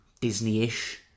Disney-ish